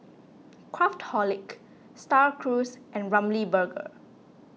Craftholic Star Cruise and Ramly Burger